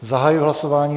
Zahajuji hlasování.